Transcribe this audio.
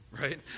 right